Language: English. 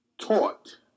taught